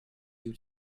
you